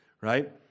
right